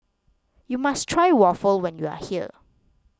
you must try Waffle when you are here